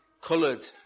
coloured